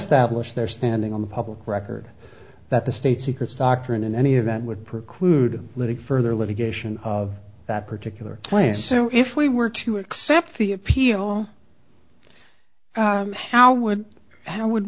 established their standing on the public record that the state secrets doctrine in any event would preclude living further litigation of that particular plan so if we were to accept the appeal how would how would